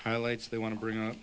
highlights they want to bring